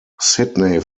sydney